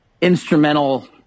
instrumental